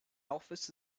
office